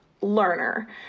learner